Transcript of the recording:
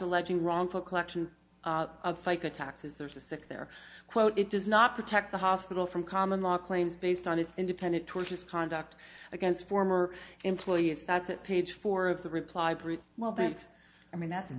alleging wrongful collection of fica taxes there's a sick there quote it does not protect the hospital from common law claims based on its independent tortious conduct against former employees that's at page four of the reply brief well that's i mean that's